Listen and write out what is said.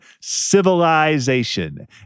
civilization